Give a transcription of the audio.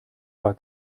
war